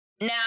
Now